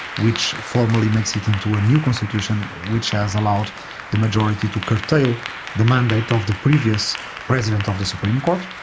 which formally makes it into a new constitution which has allowed the majority to curtail the mandate of the previous president of the supreme court.